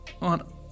on